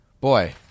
boy